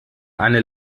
eine